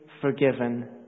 forgiven